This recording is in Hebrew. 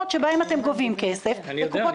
שנוגעת לביטוחים המשלימים,